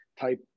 type